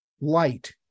light